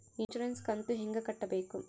Insurance ಕಂತು ಹೆಂಗ ಕಟ್ಟಬೇಕು?